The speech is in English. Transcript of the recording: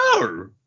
no